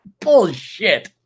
Bullshit